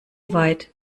weit